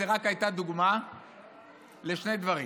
זאת רק הייתה דוגמה לשני דברים: